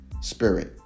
spirit